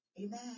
amen